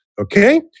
okay